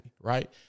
right